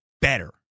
better